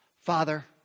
Father